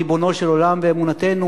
ריבונו של עולם ואמונתנו,